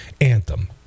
anthem